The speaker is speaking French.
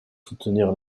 soutenir